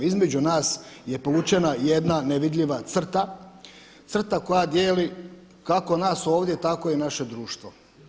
Između nas je povučena jedna nevidljiva crta, crta koja dijeli kako nas ovdje tako i naše društvo.